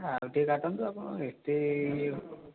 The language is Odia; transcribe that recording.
ଆଉ ଟିକେ କାଟନ୍ତୁ ଆପଣ ଏତେ